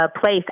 Place